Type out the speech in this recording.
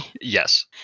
Yes